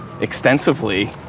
extensively